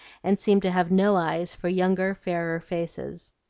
and seemed to have no eyes for younger fairer faces.